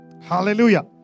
Hallelujah